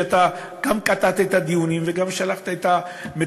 ואתה גם קטעת את הדיונים וגם שלחת את המתווך,